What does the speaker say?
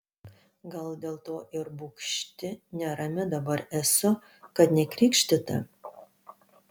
gal dėl to ir bugšti nerami dabar esu kad nekrikštyta